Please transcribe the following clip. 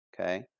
Okay